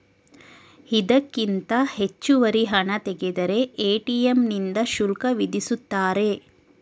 ಇದಕ್ಕಿಂತ ಹೆಚ್ಚುವರಿ ಹಣ ತೆಗೆದರೆ ಎ.ಟಿ.ಎಂ ನಿಂದ ಶುಲ್ಕ ವಿಧಿಸುತ್ತಾರೆ